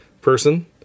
person